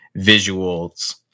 visuals